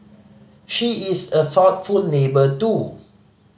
she is a thoughtful neighbour do